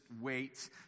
wait